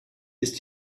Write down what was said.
ist